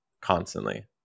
constantly